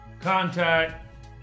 contact